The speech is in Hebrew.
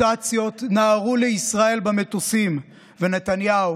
המוטציות נהרו לישראל במטוסים, ונתניהו